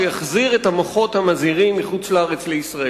שיחזיר את המוחות המזהירים מחוץ-לארץ לישראל.